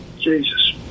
Jesus